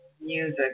music